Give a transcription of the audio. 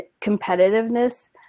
competitiveness